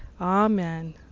amen